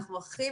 אנחנו הכי